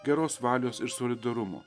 geros valios ir solidarumo